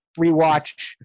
rewatch